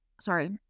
Sorry